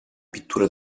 pittura